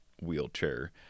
wheelchair